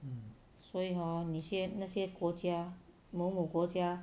所以 hor 那些那些国家某某国家